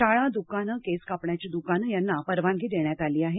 शाळा द्काने केस कापण्याची द्काने यांना परवानगी देण्यात आली आहे